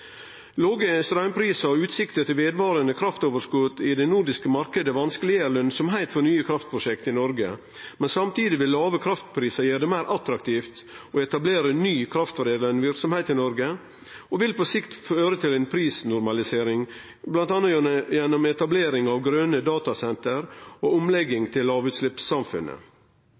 Låge straumprisar og utsikter til vedvarande kraftoverskot i den nordiske marknaden gjer det vanskeleg å få lønsemd i nye kraftprosjekt i Noreg. Samtidig vil låge kraftprisar gjere det meir attraktivt å etablere ny kraftforedlande verksemd i Noreg, og vil på sikt føre til prisnormalisering, bl.a. gjennom etablering av grøne datasenter og omlegging til